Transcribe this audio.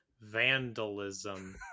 vandalism